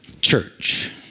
Church